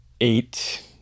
eight